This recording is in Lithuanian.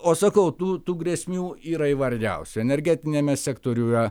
o sakau tų tų grėsmių yra įvairiausių energetiniame sektoriuje